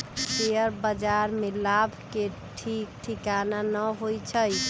share बाजार में लाभ के ठीक ठिकाना न होइ छइ